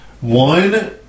one